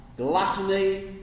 gluttony